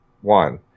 One